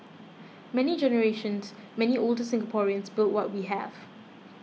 many generations many older Singaporeans built what we have